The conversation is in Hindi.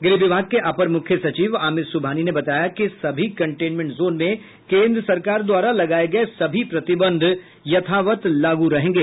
गृह विभाग के अपर मुख्य सचिव आमिर सुबहानी ने बताया कि सभी कंटेनमेंट जोन में केन्द्र सरकार द्वारा लगाये गये सभी प्रतिबंध यथावत लागू रहेंगे